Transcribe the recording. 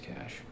cash